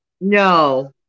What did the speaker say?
No